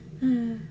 mm